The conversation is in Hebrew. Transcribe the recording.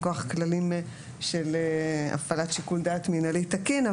מכוח כללים של הפעלת שיקול דעת מנהלי תקין,